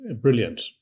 brilliant